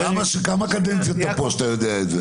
כמה קדנציות אתה פה שאתה יודע את זה?